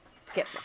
skip